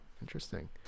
Interesting